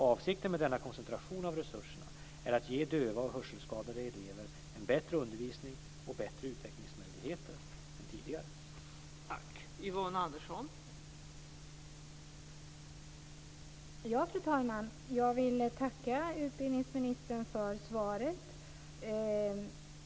Avsikten med denna koncentration av resurserna är att ge döva och hörselskadade elever en bättre undervisning och bättre utvecklingsmöjligheter än tidigare.